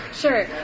Sure